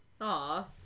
Aw